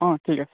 অঁ ঠিক আছে